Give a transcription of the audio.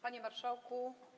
Panie Marszałku!